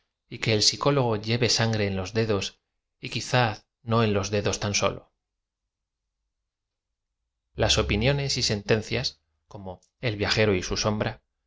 y que el psicólogo lle v e sangre en los dedos y quizá no en los dedos tan sólo n las opinionee y sentenciai como e l v ia jero y su sombra